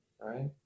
right